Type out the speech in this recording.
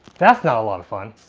that's not a lot of fun.